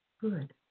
good